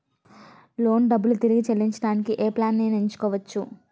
Loan డబ్బులు తిరిగి చెల్లించటానికి ఏ ప్లాన్ నేను ఎంచుకోవచ్చు?